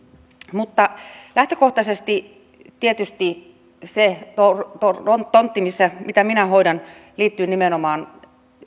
mutta lähtökohtaisesti tietysti se tontti mitä minä hoidan liittyy nimenomaan